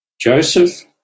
Joseph